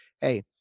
hey